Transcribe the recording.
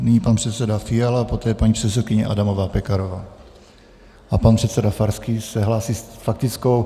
Nyní pan předseda Fiala, potom paní předsedkyně Adamová Pekarová a pan předseda Farský se hlásí s faktickou.